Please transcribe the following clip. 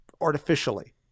artificially